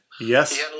Yes